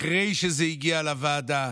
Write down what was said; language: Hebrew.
אחרי שזה הגיע לוועדה,